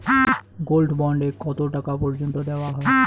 Gold bond এ কতো টাকা পর্যন্ত দেওয়া হয়?